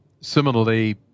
Similarly